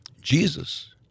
Jesus